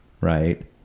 right